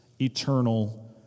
eternal